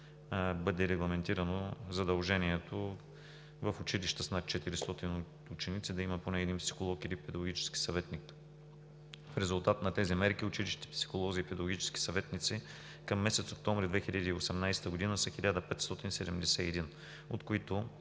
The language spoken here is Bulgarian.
бъде регламентирано задължението в училища с над 400 ученици да има поне един психолог или педагогически съветник. В резултат на тези мерки училищните психолози и педагогически съветници към месец октомври 2018 г. са 1571, от които